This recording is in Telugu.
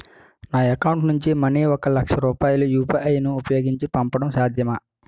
నా అకౌంట్ నుంచి మనీ ఒక లక్ష రూపాయలు యు.పి.ఐ ను ఉపయోగించి పంపడం సాధ్యమా?